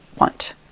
want